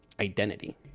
identity